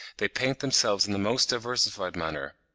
they paint themselves in the most diversified manner.